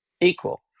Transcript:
equal